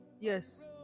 Yes